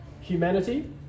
humanity